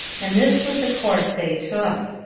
and this was the course they took.